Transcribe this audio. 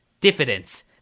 diffidence